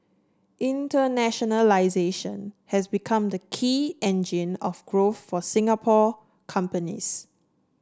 internationalisation has become the key engine of growth for Singapore companies